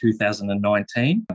2019